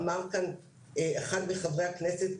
אמר כאן אחד מחברי הכנסת,